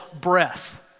breath